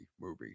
movie